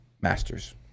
masters